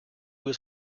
was